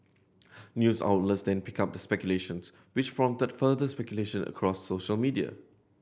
news outlets then picked up the speculations which prompted further speculation across social media